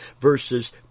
verses